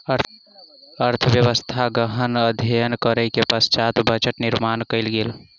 अर्थव्यवस्थाक गहन अध्ययन करै के पश्चात बजट निर्माण कयल गेल